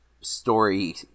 story